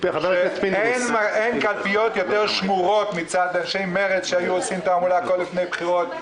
אין קלפיות יותר שמורות מצד אנשי מרצ שהיו עושים תעמולה לפני בחירות,